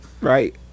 Right